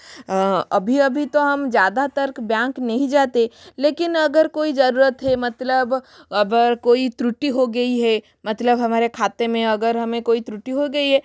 अभी अभी तो हम ज़्यादातर बेआँक नहीं जाते लेकिन अगर कोई ज़रूरत है मतलब अबर कोई त्रुटि हो गई हे मतलब हमारे खाते में अगर हमें कोई त्रुटि हो गई हे